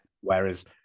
Whereas